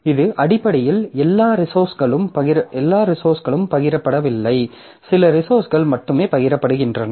இது அடிப்படையில் எல்லா ரிசோர்ஸ்களும் பகிரப்படவில்லை சில ரிசோர்ஸ்கள் மட்டுமே பகிரப்படுகின்றன